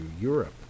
Europe